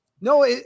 no